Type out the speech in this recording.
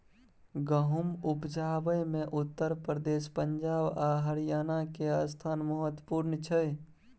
गहुम उपजाबै मे उत्तर प्रदेश, पंजाब आ हरियाणा के स्थान महत्वपूर्ण छइ